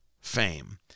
fame